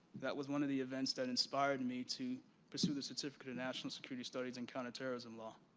that was one of the events that inspired me to pursue the certificate in national security studies and counterterrorism law.